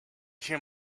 hear